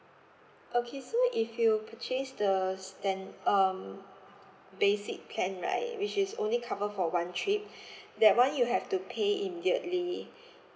okay so if you purchase the stand~ um basic plan right which is only cover for one trip that one you have to pay immediately